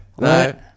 No